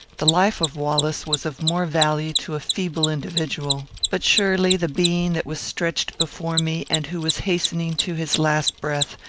the life of wallace was of more value to a feeble individual but surely the being that was stretched before me, and who was hastening to his last breath,